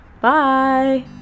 bye